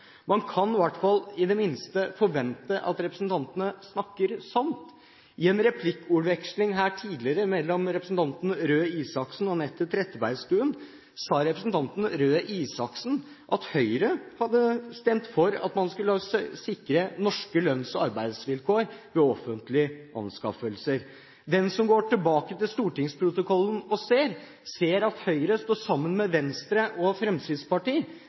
Man kan i det minste forvente at representantene snakker sant. I en replikkordveksling her tidligere mellom representantene Torbjørn Røe Isaksen og Anette Trettebergstuen sa representanten Røe Isaksen at Høyre hadde stemt for at man skulle sikre norske lønns- og arbeidsvilkår ved offentlige anskaffelser. Den som går tilbake til stortingsprotokollen, ser at Høyre sto sammen med Venstre og Fremskrittspartiet